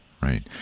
right